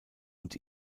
und